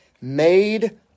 made